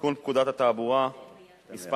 לתיקון פקודת התעבורה (מס'